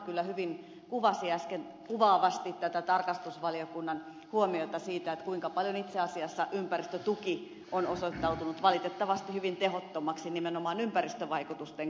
ahde kyllä hyvin kuvasi äsken kuvaavasti tätä tarkastusvaliokunnan huomiota siitä kuinka itse asiassa ympäristötuki on osoittautunut valitettavasti hyvin tehottomaksi nimenomaan ympäristövaikutusten kannalta